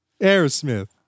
Aerosmith